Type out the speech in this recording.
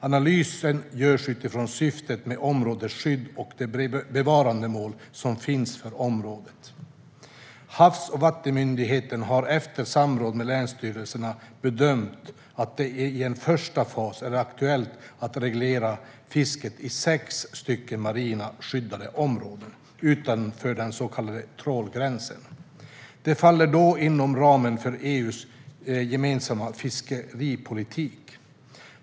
Analysen görs utifrån syftet med områdesskyddet och de bevarandemål som finns för området. Havs och vattenmyndigheten har, efter samråd med länsstyrelserna, bedömt att det i en första fas är aktuellt att reglera fiske i sex stycken marina skyddade områden utanför den så kallade trålgränsen. Detta faller då inom ramen för EU:s gemensamma fiskeripolitik.